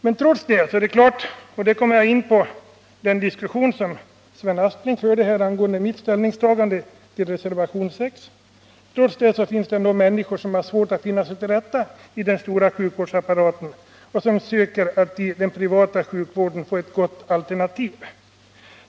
Men trots det är det klart — och här kommer jag in på det resonemang som Sven Aspling förde angående mitt ställningstagande till reservation 6 — att det finns människor som har svårt att finna sig till rätta i den stora sjukvårdsapparaten och som söker att i den privata sjukvården få ett gott alternativ.